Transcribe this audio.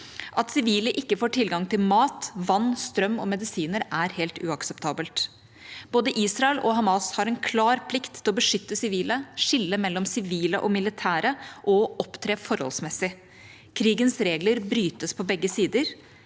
At sivile ikke får tilgang til mat, vann, strøm og medisiner, er helt uakseptabelt. Både Israel og Hamas har en klar plikt til å beskytte sivile, skille mellom sivile og militære og opptre forholdsmessig. Krigens regler brytes på begge sider.